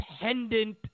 independent